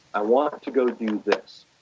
i want to go do this.